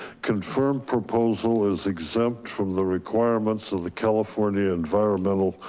confirmed proposal is exempt from the requirements of the california environmental,